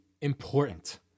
important